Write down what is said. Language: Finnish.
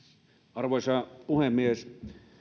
arvoisa puhemies